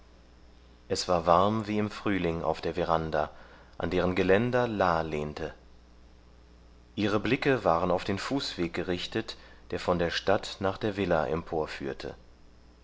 es war warm wie im frühling auf der veranda an deren geländer la lehnte ihre blicke waren auf den fußweg gerichtet der von der stadt nach der villa